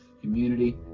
community